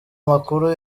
makuru